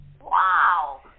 Wow